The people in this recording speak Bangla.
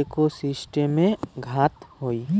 একোসিস্টেমে ঘাত হই